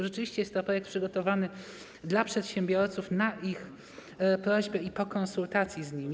Rzeczywiście jest to projekt przygotowany dla przedsiębiorców, na ich prośbę i po konsultacji z nimi.